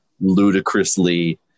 ludicrously –